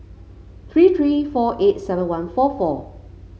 three three four eight seven one four four